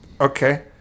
okay